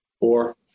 Four